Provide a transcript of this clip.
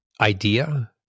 idea